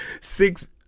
Six